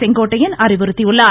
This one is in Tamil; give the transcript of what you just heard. செங்கோட்டையன் அறிவுறுத்தியுள்ளார்